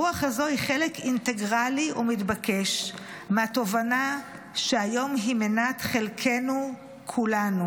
הרוח הזאת היא חלק אינטגרלי ומתבקש מהתובנה שהיום היא מנת חלקנו כולנו,